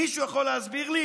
מישהו יכול להסביר לי?